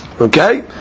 Okay